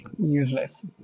Useless